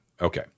Okay